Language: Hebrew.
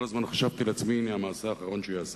כל הזמן חשבתי לעצמי: הנה, המעשה האחרון שהוא יעשה